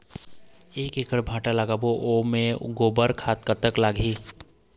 एक एकड़ भांटा लगाबो ओमे गोबर खाद कतक लगही?